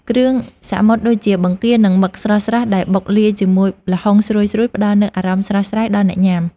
គ្រឿងសមុទ្រដូចជាបង្គានិងមឹកស្រស់ៗដែលបុកលាយជាមួយល្ហុងស្រួយៗផ្តល់នូវអារម្មណ៍ស្រស់ស្រាយដល់អ្នកញ៉ាំ។